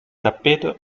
tappeto